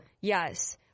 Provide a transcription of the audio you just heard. Yes